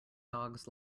dogs